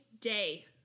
day